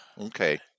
Okay